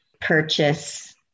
purchase